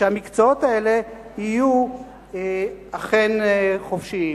ושהמקצועות האלה יהיו אכן חופשיים.